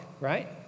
right